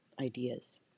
ideas